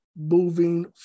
moving